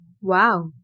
Wow